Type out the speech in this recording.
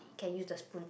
can you just put it in